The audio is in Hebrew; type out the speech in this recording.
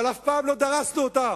אבל אף פעם לא דרסנו אותם.